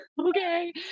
okay